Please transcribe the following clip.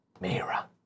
Mira